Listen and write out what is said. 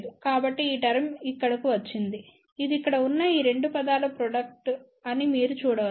కాబట్టి ఈ టర్మ్ ఇక్కడకు వచ్చింది ఇది ఇక్కడ ఉన్న ఈ 2 పదాల ప్రాడక్ట్ అని మీరు చూడవచ్చు